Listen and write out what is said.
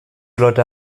leute